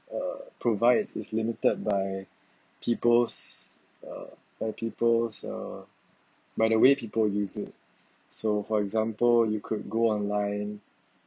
uh provides is limited by people's uh by people's uh by the way people use it so for example you could go online